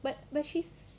but but she's